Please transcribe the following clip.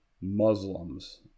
Muslims